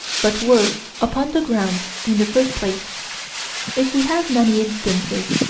but were upon the ground in the first place if we have many instances,